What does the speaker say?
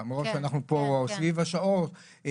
למרות שאנחנו פה סביב השעון,